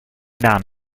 done